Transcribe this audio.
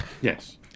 yes